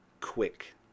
quick